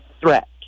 threat